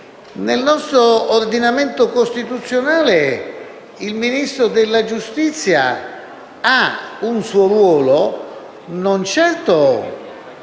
Nel nostro ordinamento costituzionale il Ministro della giustizia ha un suo ruolo, non certo